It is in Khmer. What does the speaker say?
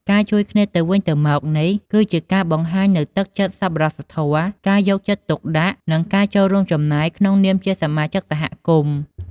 ការជួយគ្នាទៅវិញទៅមកនេះ គឺជាការបង្ហាញនូវទឹកចិត្តសប្បុរសធម៌ ការយកចិត្តទុកដាក់ និងការរួមចំណែកក្នុងនាមជាសមាជិកសហគមន៍។